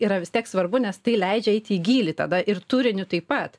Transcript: yra vis tiek svarbu nes tai leidžia eiti į gylį tada ir turiniu taip pat